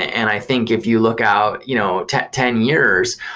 and i think if you look out you know ten ten years,